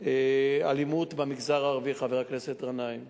אלימות במגזר הערבי, חבר הכנסת גנאים.